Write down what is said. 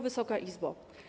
Wysoka Izbo!